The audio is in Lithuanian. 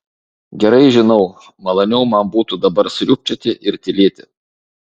gerai žinau maloniau man būtų dabar sriubčioti ir tylėti